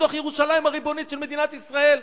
בתוך ירושלים הריבונית של מדינת ישראל?